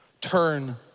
turn